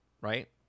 Right